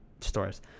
stores